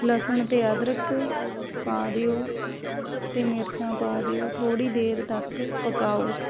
ਲਸਣ ਅਤੇ ਅਦਰਕ ਪਾ ਦਿਓ ਅਤੇ ਮਿਰਚਾਂ ਪਾ ਦਿਓ ਥੋੜ੍ਹੀ ਦੇਰ ਤੱਕ ਪਕਾਓ